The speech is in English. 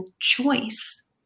choice